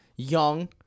Young